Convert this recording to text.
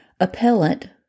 Appellant